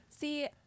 See